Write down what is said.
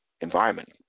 environment